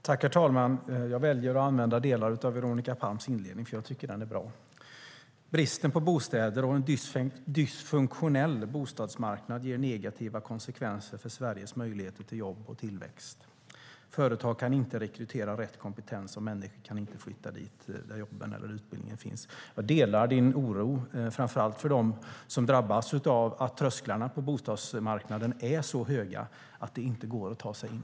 Herr talman! Jag väljer att använda delar av Veronica Palms inledning, för jag tycker att den är bra: Bristen på bostäder och en dysfunktionell bostadsmarknad ger negativa konsekvenser för Sveriges möjligheter till jobb och tillväxt. Företag kan inte rekrytera rätt kompetens, och människor kan inte kan flytta dit där jobben eller utbildningen finns. Jag delar din oro, framför allt över dem som drabbas av att trösklarna på bostadsmarknaden är så höga att det inte går att ta sig in.